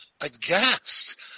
aghast